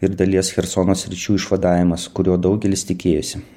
ir dalies chersono sričių išvadavimas kurio daugelis tikėjosi